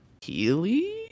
Healy